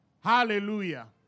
Hallelujah